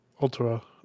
Ultra